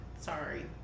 Sorry